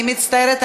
אני מצטערת,